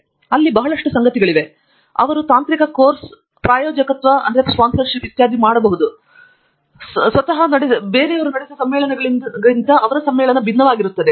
ಅಲ್ಲಿ ಬಹಳಷ್ಟು ಸಂಗತಿಗಳಿವೆ ಅವರು ತಾಂತ್ರಿಕ ಕೋರ್ಸ್ ಪ್ರಾಯೋಜಕತ್ವ ಇತ್ಯಾದಿಗಳು ಸಮಾಜವನ್ನು ಸ್ವತಃ ನಡೆಸುವ ಸಮ್ಮೇಳನಗಳಿಂದ ಭಿನ್ನವಾಗಿರುತ್ತವೆ